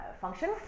function